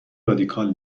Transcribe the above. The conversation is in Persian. رادیکال